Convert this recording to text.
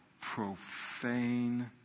profane